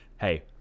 hey